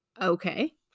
okay